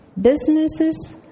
businesses